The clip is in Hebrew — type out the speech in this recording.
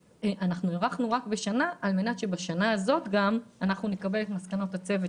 הארכנו בשנה כדי שבשנה זו נקבל את מסקנות הצוות